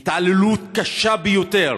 התעללות קשה ביותר